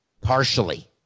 partially